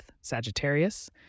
Sagittarius